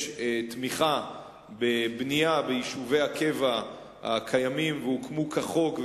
תמיכה בבנייה ביישובי הקבע הקיימים שהוקמו כחוק,